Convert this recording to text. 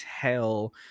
tell